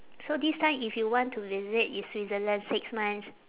so this time if you want to visit it's switzerland six months